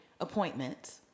appointments